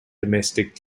domestic